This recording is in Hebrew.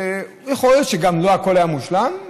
יכול להיות גם שלא הכול היה מושלם.